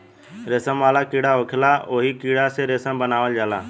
रेशम वाला कीड़ा होखेला ओही कीड़ा से रेशम बनावल जाला